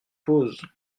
pose